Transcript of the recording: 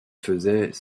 faisait